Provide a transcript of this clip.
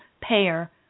payer